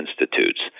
institutes